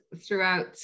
throughout